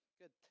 good